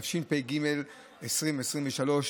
התשפ"ג 2023,